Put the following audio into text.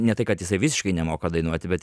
ne tai kad jisai visiškai nemoka dainuoti bet